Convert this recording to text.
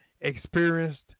experienced